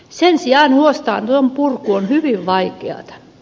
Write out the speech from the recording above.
sen sijaan huostaanoton purku on hyvin vaikeata